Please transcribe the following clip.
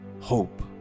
hope